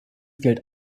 gilt